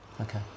Okay